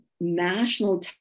national